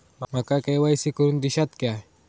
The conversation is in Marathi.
माका के.वाय.सी करून दिश्यात काय?